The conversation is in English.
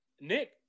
nick